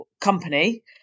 company